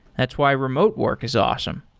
that's why remote work is awesome.